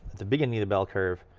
the beginning of the bell curve,